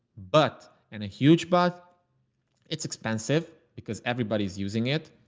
but and a huge. but it's expensive because everybody's using it.